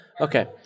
Okay